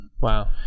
Wow